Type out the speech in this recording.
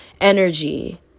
energy